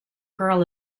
girl